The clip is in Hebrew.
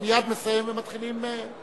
"אני מייד מסיים" ומתחילים טיעון.